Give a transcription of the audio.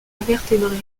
invertébrés